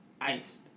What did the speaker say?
iced